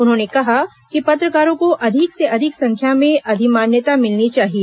उन्होंने कहा कि पत्रकारों को अधिक से अधिक संख्या में अधिमान्यता मिलनी चाहिए